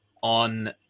on